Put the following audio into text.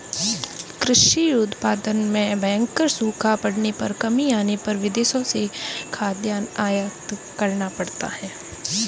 कृषि उत्पादन में भयंकर सूखा पड़ने पर कमी आने पर विदेशों से खाद्यान्न आयात करना पड़ता है